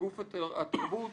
לגוף התרבות